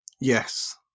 Yes